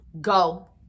go